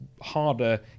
harder